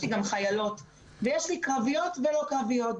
חיילות ויש לי קרביות ולא קרביות.